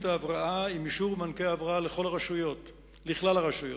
ההבראה עם אישור מענקי ההבראה לכלל הרשויות.